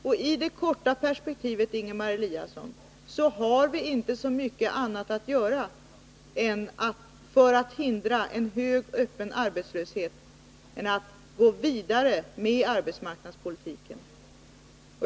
Men i det korta perspektivet, Ingemar Eliasson, har vi inte så mycket annat att göra för att hindra en hög öppen arbetslöshet än att gå vidare med arbetsmarknadspolitiken.